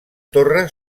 torre